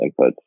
inputs